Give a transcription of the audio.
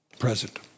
present